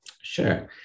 Sure